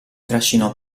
trascinò